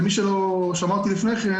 למי שלא שמע אותי,